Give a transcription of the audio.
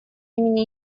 имени